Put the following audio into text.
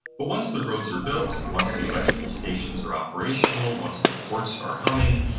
but once the roads are built, once the electrical stations are operational, once the ports are humming,